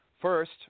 First